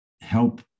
help